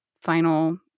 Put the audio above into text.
final